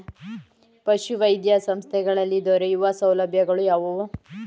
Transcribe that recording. ಪಶುವೈದ್ಯ ಸಂಸ್ಥೆಗಳಲ್ಲಿ ದೊರೆಯುವ ಸೌಲಭ್ಯಗಳು ಯಾವುವು?